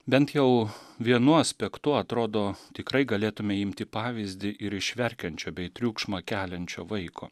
bent jau vienu aspektu atrodo tikrai galėtumei imti pavyzdį ir iš verkiančio bei triukšmą keliančio vaiko